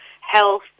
health